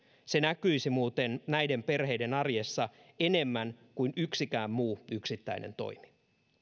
se muuten näkyisi näiden perheiden arjessa enemmän kuin yksikään muu yksittäinen toimi